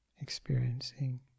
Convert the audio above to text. experiencing